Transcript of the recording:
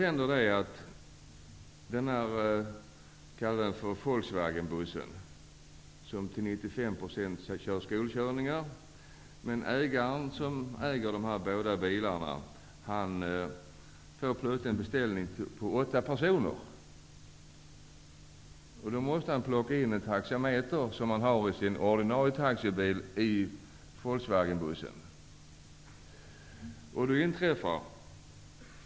Ägaren till fordonen får plötsligt en beställning på en bil för åtta personer. Då måste han plocka in den taxameter som han har i sin ordinarie taxibil i Volkswagenbussen.